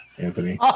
anthony